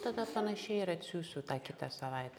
tada panašiai ir atsiųsiu tą kitą savaitę